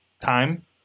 time